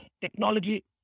technology